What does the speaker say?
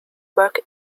work